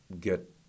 get